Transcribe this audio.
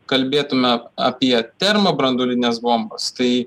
kalbėtume apie termobranduolines bombas tai